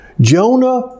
Jonah